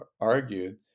argued